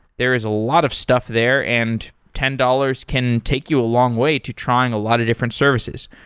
there is a lot of stuff there and ten dollars can take you a long way to trying a lot of different services.